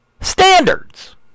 standards